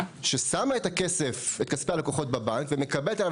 ששמה את הכסף את כספי הלקוחות בבנק ומקבלת עליו,